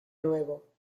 nuevo